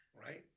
Right